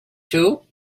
too